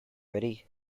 ready